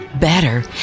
better